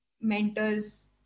mentors